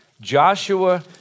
Joshua